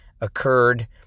occurred